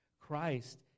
Christ